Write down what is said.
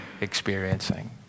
experiencing